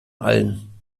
allen